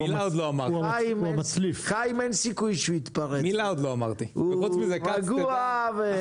חיים לא מתפרץ, הוא רגוע.